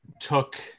took